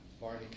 Barney